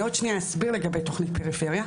אני עוד שנייה אסביר לגבי תכנית פריפריה.